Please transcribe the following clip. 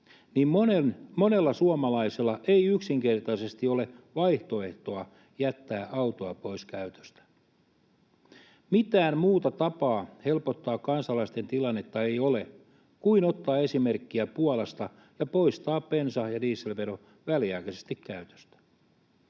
niin monella suomalaisella ei yksinkertaisesti ole vaihtoehtoa jättää autoa pois käytöstä. Mitään muuta tapaa helpottaa kansalaisten tilannetta ei ole kuin ottaa esimerkkiä Puolasta ja poistaa bensa- ja dieselvero väliaikaisesti käytöstä.